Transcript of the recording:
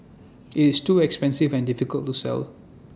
IT is too expensive and difficult to sell